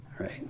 Right